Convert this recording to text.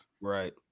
right